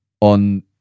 on